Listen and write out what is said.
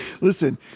Listen